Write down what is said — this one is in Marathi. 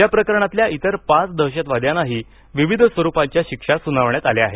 या प्रकरणातल्या इतर पाच दहशतवाद्यांनाही विविध स्वरूपाच्या शिक्षा सुनावण्यात आल्या आहेत